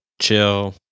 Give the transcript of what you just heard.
chill